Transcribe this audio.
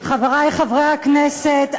חברי חברי הכנסת,